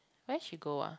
where she go ah